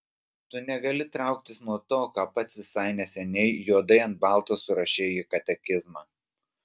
tu negali trauktis nuo to ką pats visai neseniai juodai ant balto surašei į katekizmą